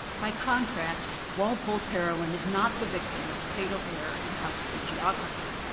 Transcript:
by contrast, walpole's heroine is not the victim of a fatal error in household geography,